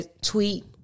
tweet